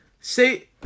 Say